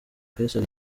faisal